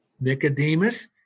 Nicodemus